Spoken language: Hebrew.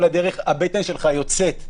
כל הדרך הבטן שלך יוצאת.